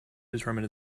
determine